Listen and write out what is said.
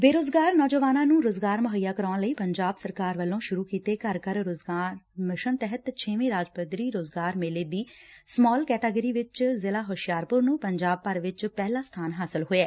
ਬੇਰੋਜ਼ਗਾਰ ਨੌਜਵਾਨਾਂ ਨੂੰ ਰੋਜ਼ਗਾਰ ਮੁਹੱਈਆ ਕਰਾਉਣ ਲਈ ਪੰਜਾਬ ਸਰਕਾਰ ਵਲੋਂ ਸ਼ੁਰੁ ਕੀਤੇ ਘਰ ਘਰ ਰੋਜ਼ਗਾਰ ਮਿਸ਼ਨ ਤਹਿਤ ਛੇਵੇਂ ਰਾਜ ਪੱਧਰੀ ਰੋਜ਼ਗਾਰ ਮੇਲੇ ਦੀ ਸਮਾਲ ਕੈਟਾਗਿਰੀ ਵਿੱਚ ਜ਼ਿਲ੍ਹਾ ਹੁਸ਼ਿਆਰਪੁਰ ਨੁੰ ਪੰਜਾਬ ਭਰ ਵਿੱਚ ਪਹਿਲਾ ਸਥਾਨ ਹਾਸਲ ਹੋਇਐ